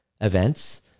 events